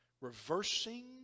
reversing